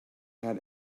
had